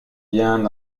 bien